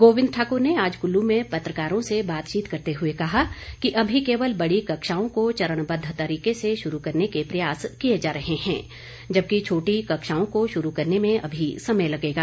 गोविंद ठाक्र ने आज कृल्लू में पत्रकारों से बातचीत करते हुए कहा कि अभी केवल बड़ी कक्षाओं को चरणबद्व तरीके से शुरू करने के प्रयास किए जा रहे हैं जबकि छोटी कक्षाओं को शुरू करने में अभी समय लगेगा